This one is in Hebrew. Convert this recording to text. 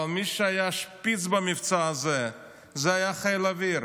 אבל מי שהיה שפיץ במבצע הזה זה היה חיל האוויר,